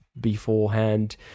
beforehand